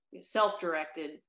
self-directed